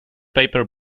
paper